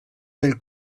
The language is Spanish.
del